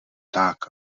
tak